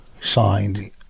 signed